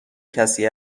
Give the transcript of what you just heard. کسی